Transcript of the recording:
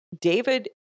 David